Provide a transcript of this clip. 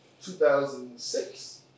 2006